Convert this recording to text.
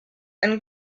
and